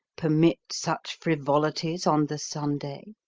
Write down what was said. permit such frivolities on the sunday?